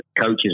coaches